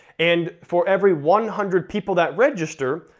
and for every one hundred people that register,